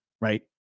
right